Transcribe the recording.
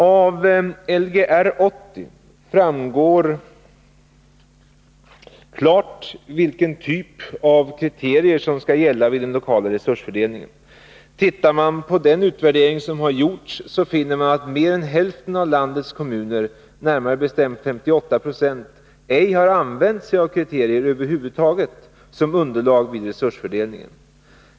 Av Lgr 80 framgår klart vilken typ av kriterier som skall gälla vid den lokala resursfördelningen. Ser man på den utvärdering som har gjorts, finner man att mer än hälften av landets kommuner — närmare bestämt 58 20 —-ej har använt sig av kriterier över huvud taget som underlag vid resursfördelningen.